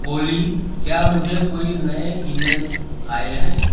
اولی کیا مجھے کوئی نئے ای میلز آئے ہیں